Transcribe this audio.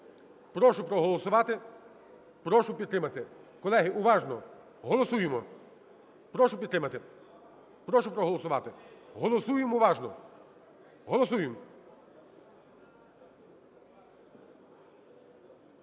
Прошу проголосувати, прошу підтримати. Колеги, уважно. Голосуємо. Прошу підтримати, прошу проголосувати. Голосуємо уважно. Голосуємо.